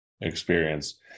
experience